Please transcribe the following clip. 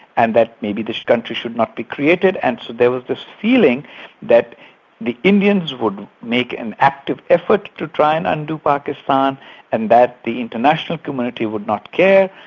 and that maybe this country should not be created, and so there was this feeling that the indians would make an active effort to try and undo pakistan and that the international community would not care,